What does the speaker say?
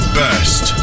best